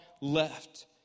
left